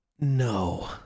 no